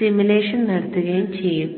simulation നടത്തുകയും ചെയ്യും